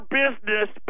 business